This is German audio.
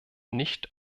nicht